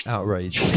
Outrage